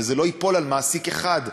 וזה לא ייפול על מעסיק אחד.